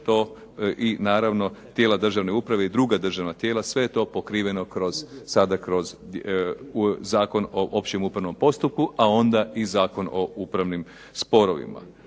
to i naravno tijela državne uprave i druga državna tijela, sve je to pokriveno sada kroz Zakon o općem upravnom postupku, a onda i Zakon o upravnim sporovima.